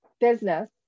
Business